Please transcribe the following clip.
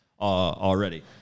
already